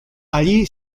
allí